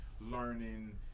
learning